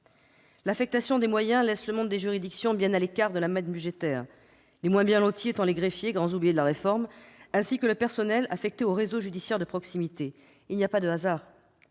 L'affectation des moyens laisse le monde des juridictions bien à l'écart de la manne budgétaire, les moins bien lotis étant les greffiers, grands oubliés de la réforme, ainsi que le personnel affecté au réseau judiciaire de proximité. Il n'y a pas de hasard.